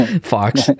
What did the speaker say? Fox